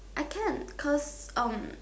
I can cause um